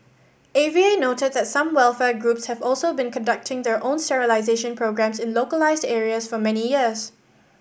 A V A noted that some welfare groups have also been conducting their own sterilization programmes in localised areas for many years